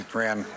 ran